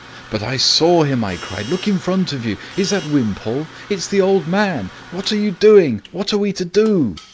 but i saw him! i cried. look in front of you. is that wimpole? it's the old man. what are you doing? what are we to do?